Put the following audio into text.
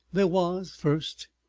there was, first,